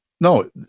No